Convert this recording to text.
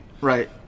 right